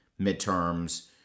midterms